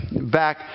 back